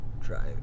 drive